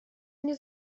nie